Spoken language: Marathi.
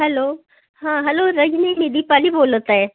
हॅलो हां हॅलो रजनी मी दीपाली बोलत आहे